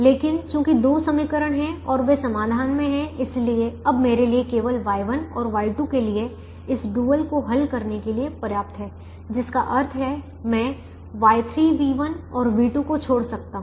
लेकिन चूंकि दो समीकरण हैं और वे समाधान में हैं इसलिए अब मेरे लिए केवल Y1 और Y2 के लिए इस डुअल को हल करने के लिए पर्याप्त है जिसका अर्थ है मैं Y3 V1 और V2 को छोड़ सकता हूं